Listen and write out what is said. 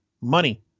Money